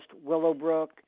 Willowbrook